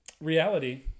reality